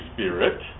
Spirit